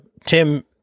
Tim